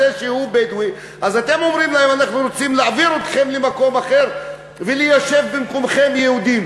אתם רוצים להוציא את הבדואים משם וליישב שם יהודים,